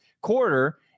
quarter